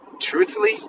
truthfully